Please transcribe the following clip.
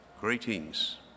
Greetings